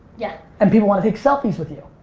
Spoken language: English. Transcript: yeah. and people want to take selfies with you.